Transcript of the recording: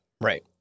Right